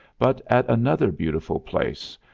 but at another beautiful place,